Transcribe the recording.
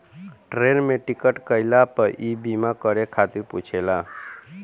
train में ticket कईला पअ इ बीमा करे खातिर पुछेला